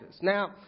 Now